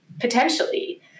potentially